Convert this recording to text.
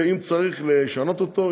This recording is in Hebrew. ואם צריך לשנות אותו,